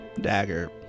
dagger